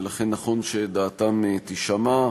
ולכן נכון שדעתם תישמע.